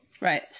Right